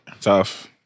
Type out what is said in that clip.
Tough